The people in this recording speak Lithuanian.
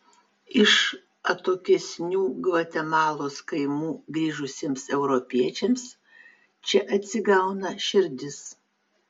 iš atokesnių gvatemalos kaimų grįžusiems europiečiams čia atsigauna širdis